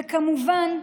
וכמובן,